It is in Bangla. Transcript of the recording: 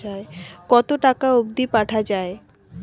কতো টাকা অবধি পাঠা য়ায়?